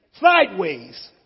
sideways